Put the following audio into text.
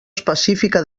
específica